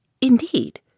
Indeed